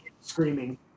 screaming